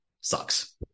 sucks